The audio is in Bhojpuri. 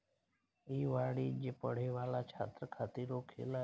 ई वाणिज्य पढ़े वाला छात्र खातिर होखेला